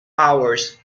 hours